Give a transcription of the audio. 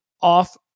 off